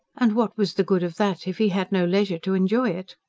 and what was the good of that, if he had no leisure to enjoy it?